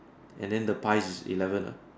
and then the pies is eleven leh